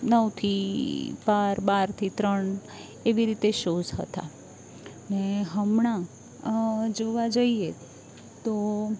નવથી બાર બારથી ત્રણ એવી રીતે શોઝ હતા ને હમણાં જોવા જઈએ તો